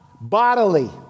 bodily